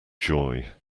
joy